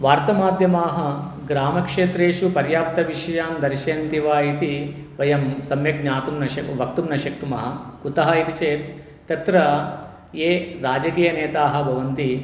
वार्तामाध्यमाः ग्रामक्षेत्रेषु पर्याप्तविषयान् दर्शयन्ति वा इति वयं सम्यक् ज्ञातुं न शक् वक्तुं न शक्नुमः कुतः इति चेत् तत्र ये राजकीयनेतारः भवन्ति